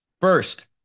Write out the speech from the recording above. First